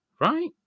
right